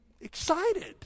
excited